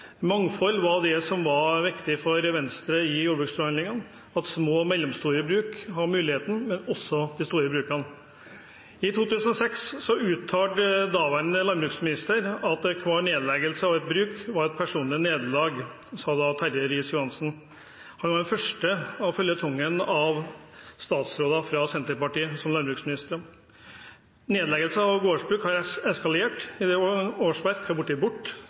Mangfold var det som var viktig for Venstre i jordbruksforhandlingene, at små og mellomstore bruk har muligheten, men også de store brukene. I 2006 uttalte daværende landbruksminister at hver nedleggelse av et bruk var et personlig nederlag. Dette sa Terje Riis-Johansen. Han var den første i føljetongen av landbruksministre fra Senterpartiet. Nedleggelser av gårdsbruk har eskalert, årsverk har blitt